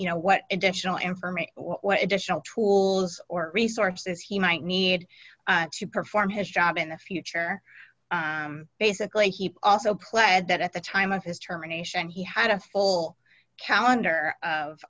you know what additional information what additional tools or resources he might need to perform his job in the future basically he also played that at the time of his determination and he had a full calendar of